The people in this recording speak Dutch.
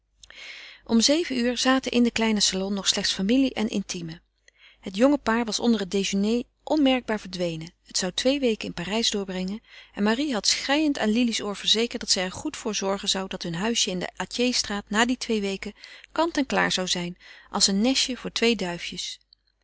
om zeven uur zaten in den kleinen salon nog slechts familie en intiemen het jonge paar was onder het déjeuner onmerkbaar verdwenen het zou twee weken in parijs doorbrengen en marie had schreiend aan lili's oor verzekerd dat zij er goed voor zorgen zou dat hun huisje in de atjehstraat na die twee weken kant en klaar zou zijn als een nestje voor twee duifjes